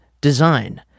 design